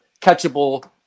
catchable